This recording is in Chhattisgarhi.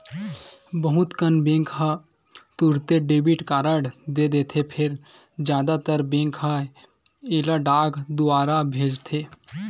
बहुत कन बेंक ह तुरते डेबिट कारड दे देथे फेर जादातर बेंक ह एला डाक दुवार भेजथे